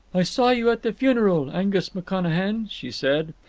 i saw you at the funeral, angus mcconachan, she said.